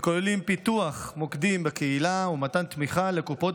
וכוללים פיתוח מוקדים בקהילה ומתן תמיכה לקופות